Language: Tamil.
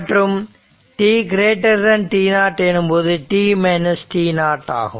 மற்றும் t t0 எனும்போது t t0 ஆகும்